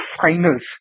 finals